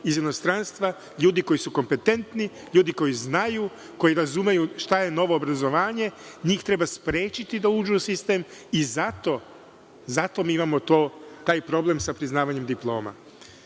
iz inostranstva ljudi koji su kompetentni, ljudi koji znaju, koji razumeju šta je novo obrazovanje, njih treba sprečiti da uđu u sistem i zato mi imamo taj problem sa priznavanjem diploma.